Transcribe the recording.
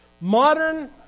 modern